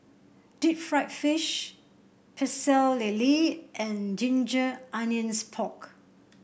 Deep Fried Fish Pecel Lele and Ginger Onions Pork